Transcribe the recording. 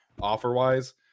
offer-wise